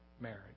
marriage